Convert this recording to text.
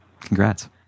Congrats